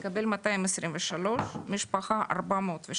מקבל 223. משפחה 402